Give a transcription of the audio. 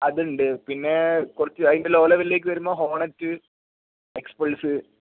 അത് ഇണ്ട് പിന്നെ കുറച്ച് അതിൻ്റെ ലോ ലെവലിലേക്ക് വരുമ്പോൾ ഹോണറ്റ് ഏക്സ്പൾസ്